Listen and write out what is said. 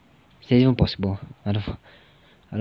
is that even possible I don't know